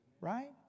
Right